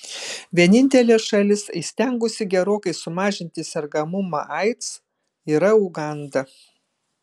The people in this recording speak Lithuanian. vienintelė šalis įstengusi gerokai sumažinti sergamumą aids yra uganda